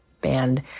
band